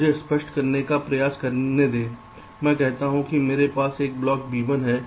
मुझे स्पष्ट करने का प्रयास करने दें मैं कहता हूं कि मेरे यहां एक ब्लॉक B1 है